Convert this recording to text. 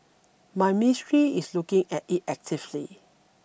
my Ministry is looking at it actively